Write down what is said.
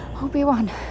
Obi-Wan